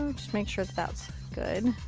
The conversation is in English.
make sure that that's good.